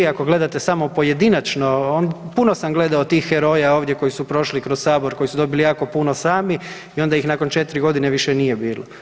Ako gledate samo pojedinačno, puno sam gledao tih heroja ovdje koji su prošli kroz sabor i koji su dobili jako puno sami i onda ih nakon 4.g. više nije bilo.